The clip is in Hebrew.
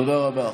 תודה רבה.